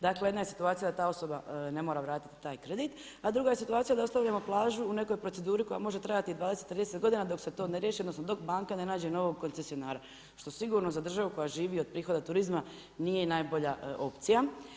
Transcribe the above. Dakle, jedna je situacija da ta osoba ne mora vratiti taj kredit, a druga je situacija da ostavljamo plažu u nekoj proceduri koja može trajati 20, 30 godina dok se to ne riješi, odnosno dok banke ne nađu novog koncesionara, što sigurno za državu koja živi od prihoda turizma nije najbolja opcija.